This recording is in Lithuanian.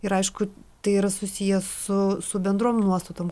ir aišku tai yra susiję su su bendrom nuostatom